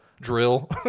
drill